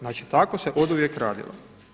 Znači tako se oduvijek radilo.